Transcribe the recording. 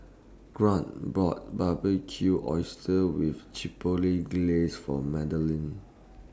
Grant bought Barbecued Oysters with Chipotle Glaze For Madlyn